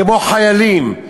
כמו חיילים,